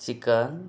chicken